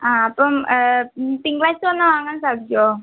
ആ അപ്പം തിങ്കളാഴ്ച വന്നാൽ വാങ്ങാൻ സാധിക്കുമോ